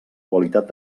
qualitat